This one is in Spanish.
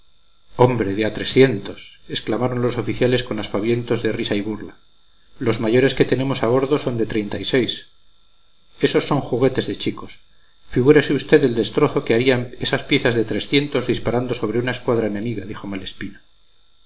hombre de a exclamaron los oficiales con aspavientos de risa y burla los mayores que tenemos a bordo son de esos son juguetes de chicos figúrese usted el destrozo que harían esas piezas de disparando sobre la